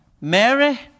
Mary